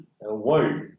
world